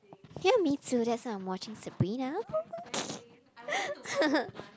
hear me too that's why I'm watching Sabrina